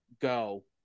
go